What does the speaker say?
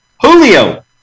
Julio